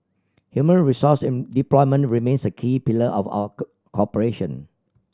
human resource development remains a key pillar of our cooperation